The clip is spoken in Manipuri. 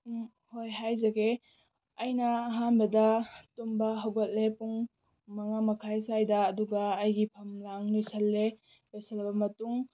ꯎꯝ ꯍꯣꯏ ꯍꯥꯏꯖꯒꯦ ꯑꯩꯅ ꯑꯍꯥꯟꯕꯗ ꯇꯨꯝꯕ ꯍꯧꯒꯠꯂꯦ ꯄꯨꯡ ꯃꯉꯥ ꯃꯈꯥꯏ ꯁ꯭ꯋꯥꯏꯗ ꯑꯗꯨꯒ ꯑꯩꯒꯤ ꯐꯝ ꯂꯥꯡ ꯂꯣꯁꯤꯜꯂꯦ ꯂꯣꯏꯁꯤꯜꯂꯕ ꯃꯇꯨꯡ